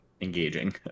engaging